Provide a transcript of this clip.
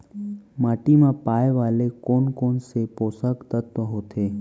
माटी मा पाए वाले कोन कोन से पोसक तत्व होथे?